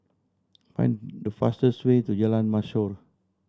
find the fastest way to Jalan Mashhor